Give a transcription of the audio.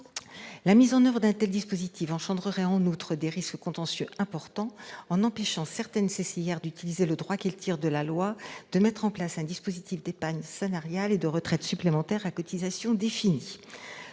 La mise en oeuvre d'un tel dispositif engendrerait en outre des risques contentieux importants, en empêchant certaines CCIR d'utiliser le droit qu'elles tirent de la loi de mettre en place un dispositif d'épargne salariale et de retraite supplémentaire à cotisations définies.